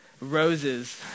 roses